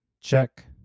check